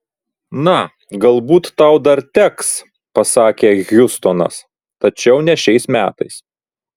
na galbūt tau dar teks pasakė hjustonas tačiau ne šiais metais